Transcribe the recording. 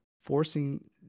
Forcing